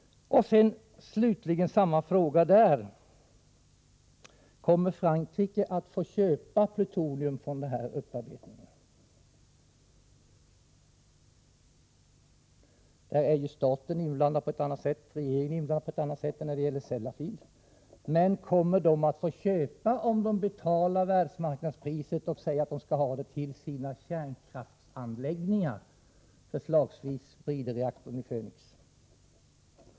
Jag vill slutligen här även fråga, om Frankrike kommer att få köpa plutonium från denna upparbetning. I detta sammanhang är ju staten och regeringen inblandad på ett annat sätt än när det gäller Sellafield. Kommer man i Frankrike att få köpa, om man betalar världsmarknadspriset och säger att man skall ha plutoniet till sina kärnkraftsanläggningar, förslagsvis till briderreaktorn Phoenix?